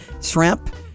shrimp